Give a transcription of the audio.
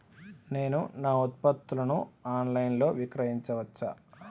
నేను నా ఉత్పత్తులను ఆన్ లైన్ లో విక్రయించచ్చా?